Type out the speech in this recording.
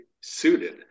suited